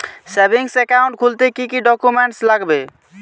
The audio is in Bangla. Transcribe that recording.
সেভিংস একাউন্ট খুলতে কি কি ডকুমেন্টস লাগবে?